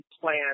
plan